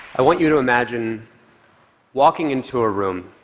i want you to imagine walking into a room,